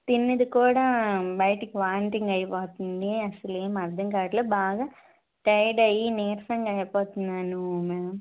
తిన్నది కూడా బయటికి వామిటింగ్ అయిపోతుంది అసలేం అర్థం కావట్లే బాగా టైడ్ అయి నీరసంగా అయిపోతున్నాను మ్యామ్